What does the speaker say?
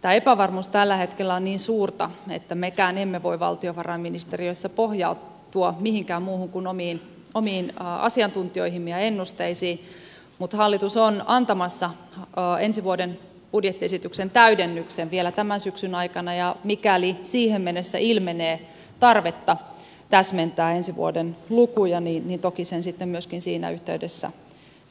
tämä epävarmuus tällä hetkellä on niin suurta että mekään emme voi valtionvarainministeriössä nojautua mihinkään muuhun kuin omiin asiantuntijoihimme ja ennusteisiin mutta hallitus on antamassa ensi vuoden budjettiesityksen täydennyksen vielä tämän syksyn aikana ja mikäli siihen mennessä ilmenee tarvetta täsmentää ensi vuoden lukuja niin toki sen sitten myöskin siinä yhteydessä